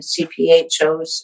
CPHOs